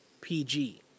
PG